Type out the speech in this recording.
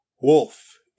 Wolf